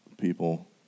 people